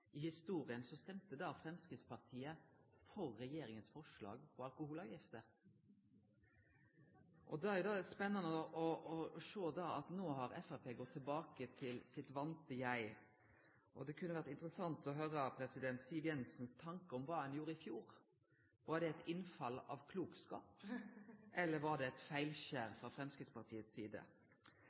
i historia stemde da Framstegspartiet for regjeringa sitt forslag til alkoholavgifter. Da er det spennande å sjå at no har Framstegspartiet gått tilbake til sitt vante eg. Det kunne vore interessant å høre Siv Jensens tankar om kva ein gjorde i fjor. Var det eit innfall av klokskap, eller var det eit feilskjer frå Framstegspartiet si side?